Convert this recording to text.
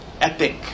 epic